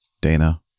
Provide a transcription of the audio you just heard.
Dana